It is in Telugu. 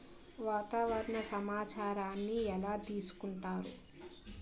వాతావరణ సమాచారాన్ని ఎలా తెలుసుకుంటారు?